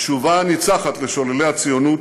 התשובה הניצחת לשוללי הציונות